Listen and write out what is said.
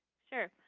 sure.